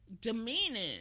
demeaning